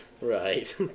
Right